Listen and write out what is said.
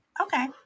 Okay